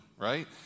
Right